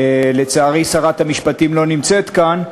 לצערי, שרת המשפטים לא נמצאת כאן,